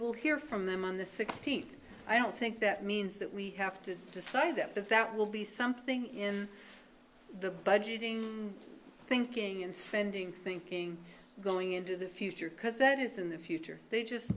will hear from them on the sixteenth i don't think that means that we have to decide that that that will be something in the budgeting thinking and spending thinking going into the future because that is in the future they just